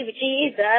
Jesus